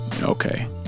okay